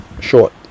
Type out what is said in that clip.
short